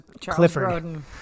Clifford